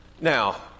Now